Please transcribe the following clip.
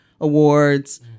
Awards